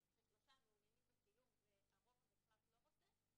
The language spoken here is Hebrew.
ששלושה מעוניינים בצילום והרוב המוחלט לא רוצה,